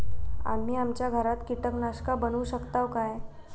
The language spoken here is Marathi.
आम्ही आमच्या घरात कीटकनाशका बनवू शकताव काय?